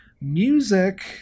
music